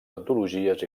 antologies